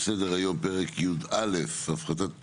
על סדר היום פרק י"א (הפחתת רגולציה),